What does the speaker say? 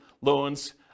loans